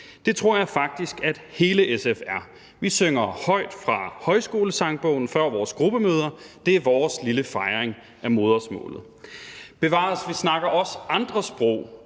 Det tror jeg faktisk at hele SF er. Vi synger højt fra højskolesangbogen før vores gruppemøder – det er vores lille fejring af modersmålet. Bevares, vi snakker også andre sprog